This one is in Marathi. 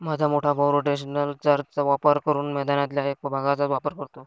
माझा मोठा भाऊ रोटेशनल चर चा वापर करून मैदानातल्या एक भागचाच वापर करतो